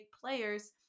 players